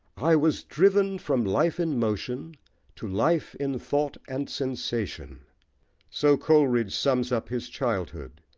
i was driven from life in motion to life in thought and sensation so coleridge sums up his childhood,